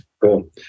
Cool